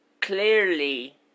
clearly